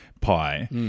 pie